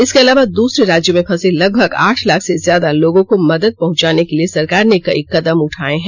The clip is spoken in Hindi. इसके अलावा दूसरे राज्यों में फंसे लगभग आठ लाख से ज्यादा लोगों को मदद पहंचाने के लिए सरकार ने कई कदम उठाए हैं